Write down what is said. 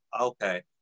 okay